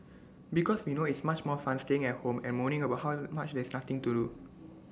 because we know it's much more fun staying at home and moaning about how much there's nothing to do